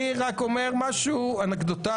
אני רק אומר משהו אנקדוטלי.